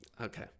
okay